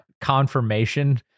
confirmation